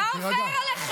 מה אתה עושה?